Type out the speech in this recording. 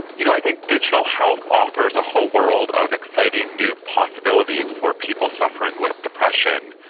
you know, i think digital health offers a whole world of exciting new possibilities for people suffering with depression.